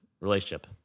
relationship